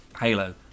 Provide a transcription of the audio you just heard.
Halo